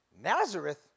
Nazareth